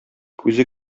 күзе